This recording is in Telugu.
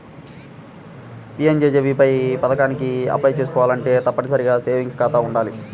పీయంజేజేబీవై పథకానికి అప్లై చేసుకోవాలంటే తప్పనిసరిగా సేవింగ్స్ ఖాతా వుండాలి